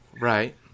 Right